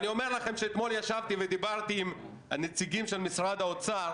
אתמול ישבתי ודיברתי עם נציגי משרד האוצר